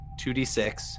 2d6